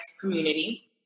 community